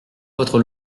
votre